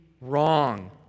wrong